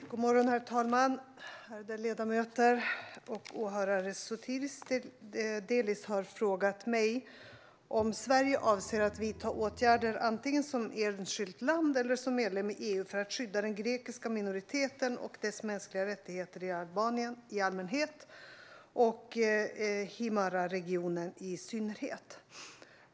Svar på interpellationer Herr talman! Ärade ledamöter och åhörare! Sotiris Delis har frågat mig om Sverige avser att vidta åtgärder antingen som enskilt land eller som medlem i EU för att skydda den grekiska minoriteten och dess mänskliga rättigheter i Albanien i allmänhet och i Himarëregionen i synnerhet.